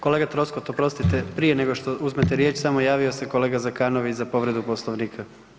Kolega Troskot oprostite, prije nego što uzmete riječ samo se javio kolega Zekanović za povredu Poslovnika.